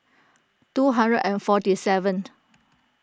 two hundred and forty seventh